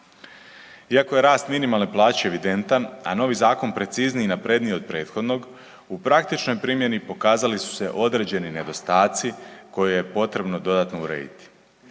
Iako je rast minimalne plaće evidentan, a novi zakon precizniji i napredniji od prethodnog u praktičnoj primjeni pokazali su se određeni nedostaci koje je potrebno dodatno urediti.